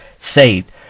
saved